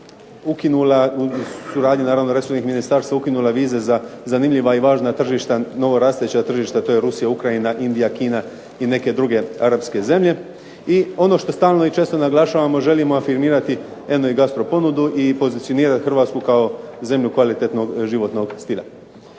ukinula, u suradnji naravno resornih ministarstava, ukinula vize za zanimljiva i važna tržišta, novorastuća tržišta, to je Rusija, Ukrajina, Indija, Kina i neke druge arapske zemlje. I ono što stalno i često naglašavamo, želimo afirmirati eno i gastro ponudu i pozicionirat Hrvatsku kao zemlju kvalitetnog životnog stila.